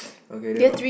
okay then what